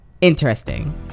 interesting